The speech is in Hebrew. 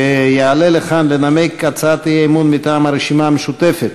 שיעלה לכאן לנמק הצעת אי-אמון מטעם הרשימה המשותפת: